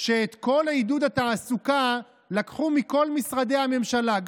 שאת כל עידוד התעסוקה לקחו מכל משרדי הממשלה,